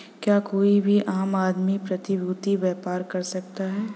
क्या कोई भी आम आदमी प्रतिभूती व्यापार कर सकता है?